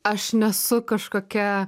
aš nesu kažkokia